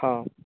ହଁ